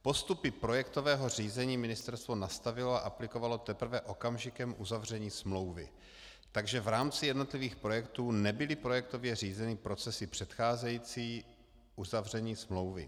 Postupy projektového řízení ministerstvo nastavilo a aplikovalo teprve okamžikem uzavření smlouvy, takže v rámci jednotlivých projektů nebyly projektově řízeny procesy předcházející uzavření smlouvy.